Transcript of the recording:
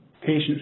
patients